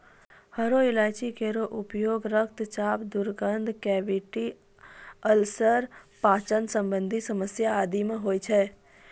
हरो इलायची केरो उपयोग रक्तचाप, दुर्गंध, कैविटी अल्सर, पाचन संबंधी समस्या आदि म होय छै